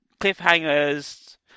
cliffhangers